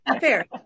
Fair